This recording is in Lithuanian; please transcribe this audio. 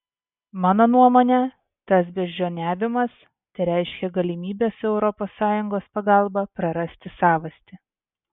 mano nuomone tas beždžioniavimas tereiškia galimybę su europos sąjungos pagalba prarasti savastį